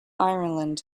ireland